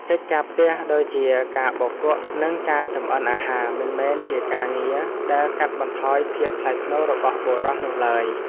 កិច្ចការផ្ទះដូចជាការបោកគក់និងការចម្អិនអាហារមិនមែនជាការងារដែលកាត់បន្ថយភាពថ្លៃថ្នូររបស់បុរសនោះឡើយ។